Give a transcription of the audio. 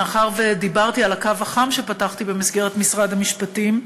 מאחר שדיברתי על הקו החם שפתחתי במסגרת משרד המשפטים,